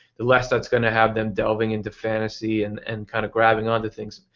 the less that is going to have them delving into fantasy and and kind of grabbing on to things.